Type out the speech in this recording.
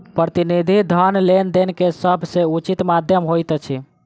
प्रतिनिधि धन लेन देन के सभ सॅ उचित माध्यम होइत अछि